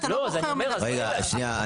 רגע, שנייה.